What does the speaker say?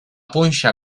punxa